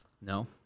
No